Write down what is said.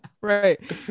Right